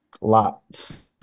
Lots